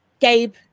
Gabe